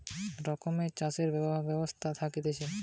intensive আর extensive এই দুটা রকমের চাষের ব্যবস্থা থাকতিছে